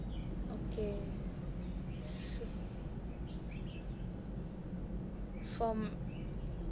okay from